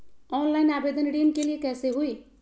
Online आवेदन ऋन के लिए कैसे हुई?